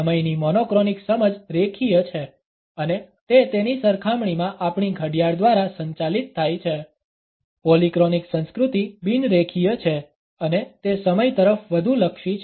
સમયની મોનોક્રોનિક સમજ રેખીય છે અને તે તેની સરખામણીમાં આપણી ઘડિયાળ દ્વારા સંચાલિત થાય છે પોલીક્રોનિક સંસ્કૃતિ બિન રેખીય છે અને તે સમય તરફ વધુ લક્ષી છે